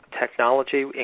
technology